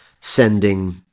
sending